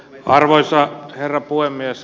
arvoisa herra puhemies